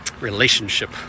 relationship